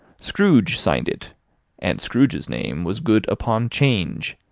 scrooge signed it and scrooge's name was good upon change,